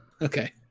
okay